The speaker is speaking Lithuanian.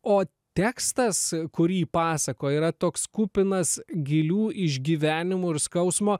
o tekstas kurį pasakoja yra toks kupinas gilių išgyvenimų ir skausmo